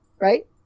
right